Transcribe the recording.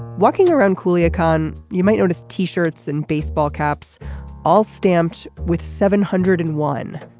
walking around coolio. kahn you might notice t-shirts and baseball caps all stamped with seven hundred and one.